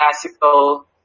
classical